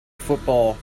football